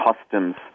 customs